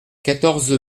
quatorze